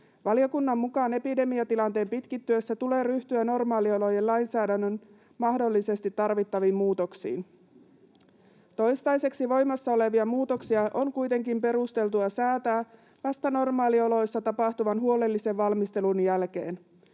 Valiokunnan mukaan epidemiatilanteen pitkittyessä tulee ryhtyä normaaliolojen lainsäädännön mahdollisesti tarvittaviin muutoksiin. Toistaiseksi voimassa olevia muutoksia on kuitenkin perusteltua säätää vasta normaalioloissa tapahtuvan huolellisen valmistelun jälkeen.